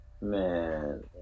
Man